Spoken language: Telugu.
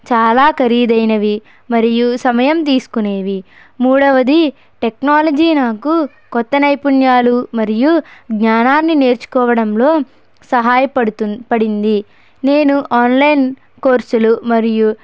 చాలా ఖరీదైనవి మరియు సమయం తీసుకునేవి మూడవది టెక్నాలజీ నాకు కొత్త నైపుణ్యాలు మరియు జ్ఞానాన్ని నేర్చుకోవడంలో సహాయపడుతు పడింది నేను ఆన్లైన్ కోర్సులు మరియు